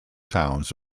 towns